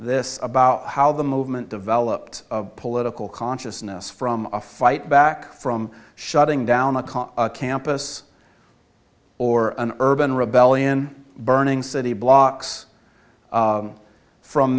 this about how the movement developed political consciousness from a fight back from shutting down the campus or an urban rebellion burning city blocks